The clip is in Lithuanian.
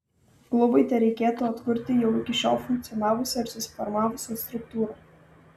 klubui tereikėtų atkurti jau iki šiol funkcionavusią ir susiformavusią struktūrą